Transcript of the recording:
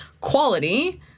quality